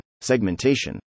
Segmentation